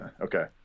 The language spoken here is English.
Okay